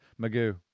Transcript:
Magoo